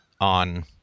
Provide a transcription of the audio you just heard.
on